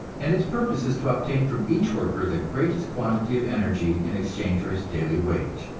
and its purpose is to obtain from each worker the greatest quantity of energy in exchange for his daily wage.